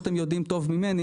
כפי שאתם יודעים טוב ממני,